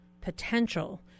potential